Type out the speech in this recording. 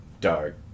dark